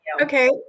Okay